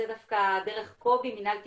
זה דווקא דרך קובי ממינהל תקשוב,